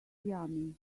yummy